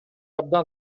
абдан